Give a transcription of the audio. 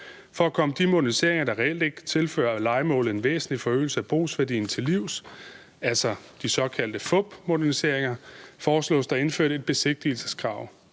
For at komme de moderniseringer, som reelt ikke tilfører lejemålet en væsentlig forøgelse af brugsværdien, til livs, altså de såkaldte fupmoderniseringer, foreslås der indført et besigtigelsesskrav.